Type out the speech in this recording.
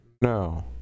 No